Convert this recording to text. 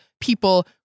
people